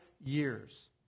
years